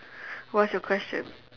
what's your question